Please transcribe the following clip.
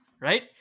right